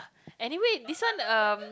anyway this one um